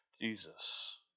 Jesus